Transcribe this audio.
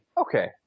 Okay